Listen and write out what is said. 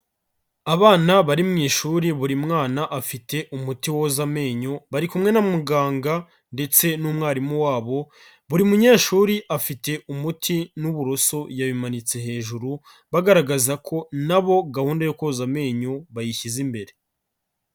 Abana bari mu ishuri buri mwana afite umuti woza amenyo, bari kumwe na muganga ndetse n'umwarimu wabo, buri munyeshuri afite umuti n'uburoso yabimanitse hejuru bagaragaza ko na bo gahunda yo koza amenyo bayishyize imbere.